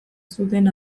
zuten